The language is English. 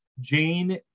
Jane